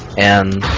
and